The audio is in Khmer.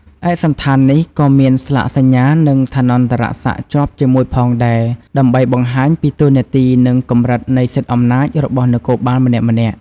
ឯកសណ្ឋាននេះក៏មានស្លាកសញ្ញានិងឋានន្តរសក្ដិជាប់ជាមួយផងដែរ ដើម្បីបង្ហាញពីតួនាទីនិងកម្រិតនៃសិទ្ធិអំណាចរបស់នគរបាលម្នាក់ៗ។